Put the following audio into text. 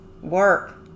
Work